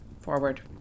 Forward